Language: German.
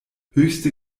höchste